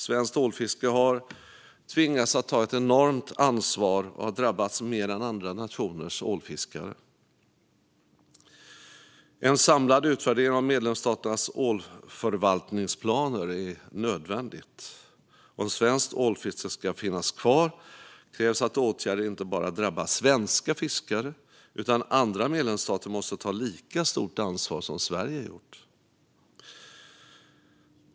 Svenskt ålfiske har tvingats ta ett enormt ansvar och har drabbats mer än andra nationers ålfiske. En samlad utvärdering av medlemsstaternas ålförvaltningsplaner är nödvändig, för om svenskt ålfiske ska finnas kvar krävs att åtgärder inte bara drabbar svenska fiskare. Andra medlemsstater måste ta ett lika stort ansvar som Sverige har gjort.